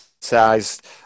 sized